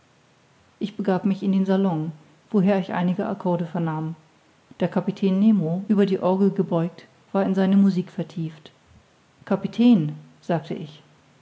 ich begab mich in den salon woher ich einige accorde vernahm der kapitän nemo über die orgel gebeugt war in seine musik vertieft kapitän sagte ich